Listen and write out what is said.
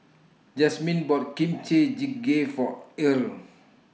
Jasmyn bought Kimchi Jjigae For Irl